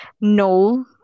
no